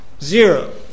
zero